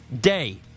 day